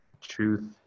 truth